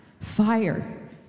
Fire